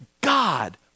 God